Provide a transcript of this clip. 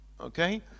Okay